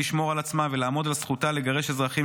לשמור על עצמה ולעמוד על זכותה לגרש אזרחים